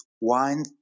wine